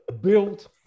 built